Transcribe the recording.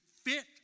Fit